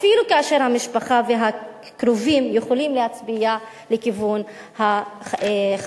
אפילו כאשר המשפחה והקרובים יכולים להצביע לכיוון החשודים.